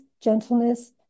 gentleness